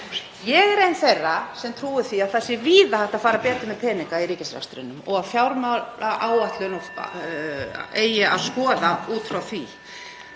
Ég er ein þeirra sem trúa því að það sé víða hægt að fara betur með peninga í ríkisrekstrinum og að fjármálaáætlun eigi að skoða út frá því.